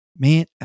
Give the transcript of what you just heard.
Man